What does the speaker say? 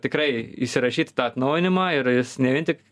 tikrai įsirašyti tą atnaujinimą ir jis ne vien tik